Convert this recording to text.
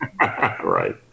Right